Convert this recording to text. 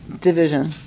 division